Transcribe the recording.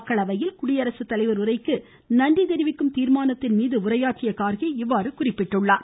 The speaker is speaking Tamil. மக்களவையில் குடியரசுத்தலைவர் உரைக்கு நன்றி தெரிவிக்கும் தீர்மானத்தின் மீது உரையாற்றிய கார்கே இதனை தெரிவித்தார்